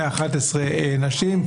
מאחת-עשרה נשים.